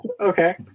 Okay